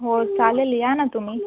हो चालेल या ना तुम्ही